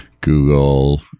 Google